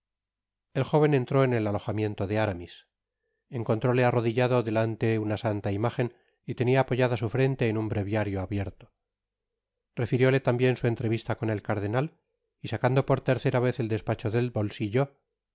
el jóven entró en el alojamiento de aramis encontróle arrodillado delante una santa imagen y tenia apoyada su frente en un breviario abierto refirióle tambien su entrevista con el cardenal y sacando por tercera vez el despacho del bolsillo